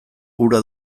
hura